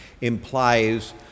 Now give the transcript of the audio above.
implies